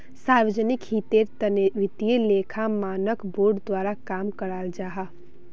सार्वजनिक हीतेर तने वित्तिय लेखा मानक बोर्ड द्वारा काम कराल जाहा